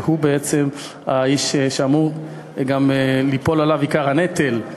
שהוא בעצם האיש שאמור ליפול עליו עיקר הנטל.